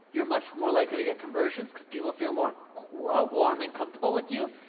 you're much more likely to get conversions, cause people feel more warm and comfortable with you.